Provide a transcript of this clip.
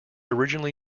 originally